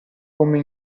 come